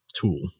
tool